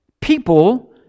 people